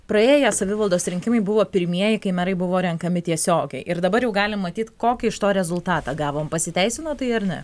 praėję savivaldos rinkimai buvo pirmieji kai merai buvo renkami tiesiogiai ir dabar jau galim matyt kokį iš to rezultatą gavom pasiteisino tai ar ne